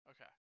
Okay